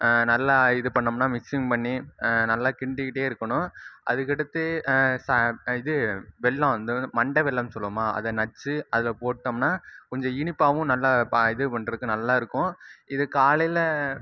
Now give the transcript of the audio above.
நல்லா இது பண்ணோம்னா மிக்சிங் பண்ணி நல்லா கிண்டிக்கிட்டே இருக்கணும் அதுக்கடுத்து இது வெல்லம் இந்த மண்டை வெல்லம்னு சொல்வோமா அதை நச்சு அதில் போட்டோம்னா கொஞ்சம் இனிப்பாகவும் நல்லா இது பண்றதுக்கு நல்லா இருக்கும் இது காலையில்